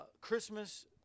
Christmas